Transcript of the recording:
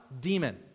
Demon